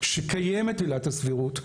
שקיימת עילת הסבירות,